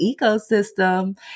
ecosystem